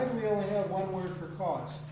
only have one word for cause?